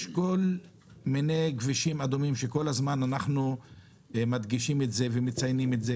יש כל מיני כבישים אדומים שאנחנו כל הזמן מדגישים ומציינים את זה,